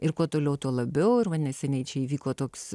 ir kuo toliau tuo labiau ir va neseniai čia įvyko toks